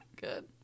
Good